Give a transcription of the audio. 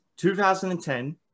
2010